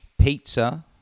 pizza